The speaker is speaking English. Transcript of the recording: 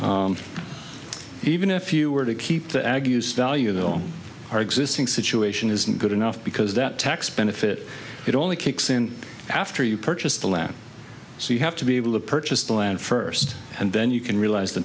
opposite even if you were to keep the ag used value on our existing situation isn't good enough because that tax benefit it only kicks in after you purchased the land so you have to be able to purchase the land first and then you can realize the